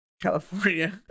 california